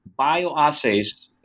bioassays